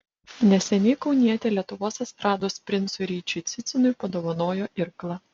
neseniai kaunietė lietuvos estrados princui ryčiui cicinui padovanojo irklą